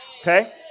Okay